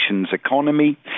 economy